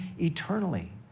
eternally